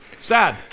Sad